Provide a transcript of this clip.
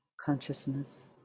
consciousness